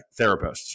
therapists